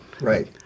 Right